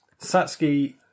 Satsuki